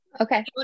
okay